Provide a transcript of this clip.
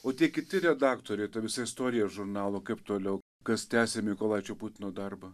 o tie kiti redaktoriai ta visa istorija žurnalo kaip toliau kas tęsia mykolaičio putino darbą